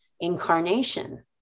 incarnation